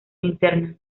linterna